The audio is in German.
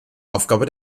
aufgabe